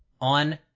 on